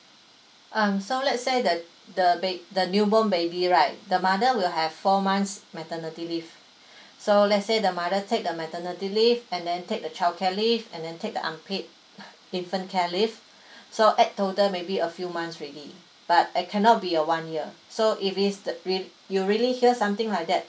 um so let's say the the ba~ the newborn baby right the mother will have four months maternity leave so let's say the mother take the maternity leave and then take the childcare leave and then take the unpaid infant care leave so add total maybe a few months already but it cannot be a one year so if it's the rea~ you really hear something like that